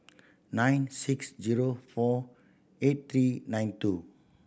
nine six zero four eight three nine two